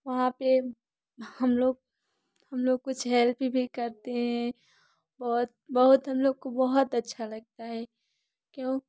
वहाँ पे हम लोग हम लोग कुछ हेल्प भी करते हैं और बहुत हम लोग को बहुत अच्छा लगता है